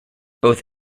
both